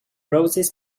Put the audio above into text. roses